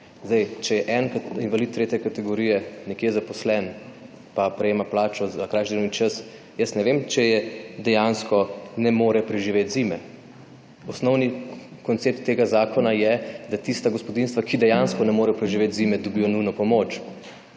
Zdaj, če je en invalid tretje kategorije nekje zaposlen, pa prejema plačo za krajši delovni čas, jaz ne vem, če je, dejansko, ne more preživet zime. Osnovni koncept tega zakona je, da tista gospodinjstva, ki dejansko ne morejo preživet zime, dobijo nujno pomoč